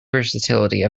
versatility